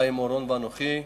חיים אורון ואנוכי,